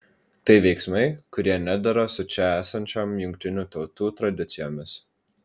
tai veiksmai kurie nedera su čia esančiom jungtinių tautų tradicijomis